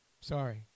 Sorry